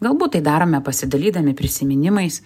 galbūt tai darome pasidalydami prisiminimais